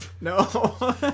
No